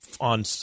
on